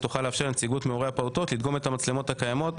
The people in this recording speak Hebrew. היא תוכל לאפשר לנציגות מהורי הפעוטות לדגום את המצלמות הקיימות,